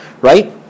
right